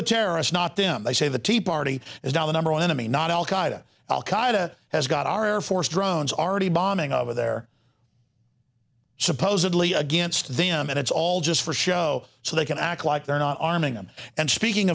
the terrorist not them they say the tea party is now the number one enemy not al qaeda or al qaida has got our air force drones already bombing over there supposedly against them and it's all just for show so they can act like they're not arming them and speaking